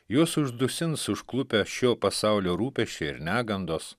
juos uždusins užklupę šio pasaulio rūpesčiai ir negandos